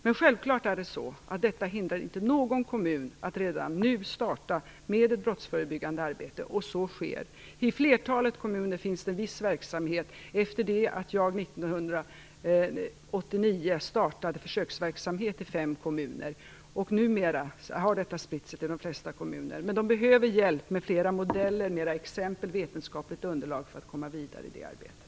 Men detta hindrar självfallet inte någon kommun från att redan nu starta ett brottsförebyggande arbete, och så sker. I flertalet kommuner finns det viss verksamhet efter det att jag 1989 startade försöksverksamhet i fem kommuner. Numera har detta spritt sig till de flesta kommuner. Men de behöver hjälp med flera modeller, mera exempel och vetenskapligt underlag för att komma vidare i det arbetet.